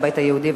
הבית היהודי,